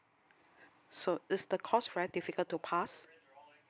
so is the course very difficult to pass